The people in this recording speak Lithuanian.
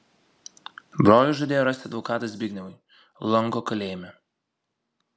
brolis žadėjo rasti advokatą zbignevui lanko kalėjime